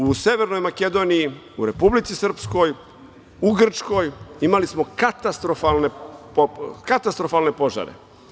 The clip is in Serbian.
U Severnoj Makedoniji, u Republici Srpskoj, u Grčkoj, imali smo katastrofalne požare.